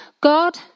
God